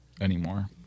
anymore